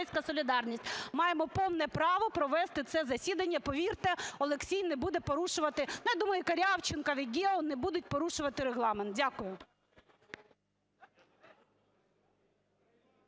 Маємо повне право провести це засідання. Повірте, Олексій не буде порушувати... Я думаю, і Корявченков, і Гео не будуть порушувати Регламент. Дякую.